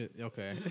Okay